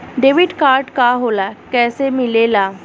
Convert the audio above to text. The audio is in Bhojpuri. डेबिट कार्ड का होला कैसे मिलेला?